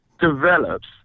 develops